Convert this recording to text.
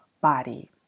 body